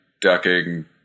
ducking